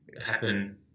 happen